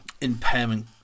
impairment